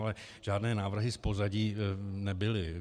Ale žádné návrhy z pozadí nebyly.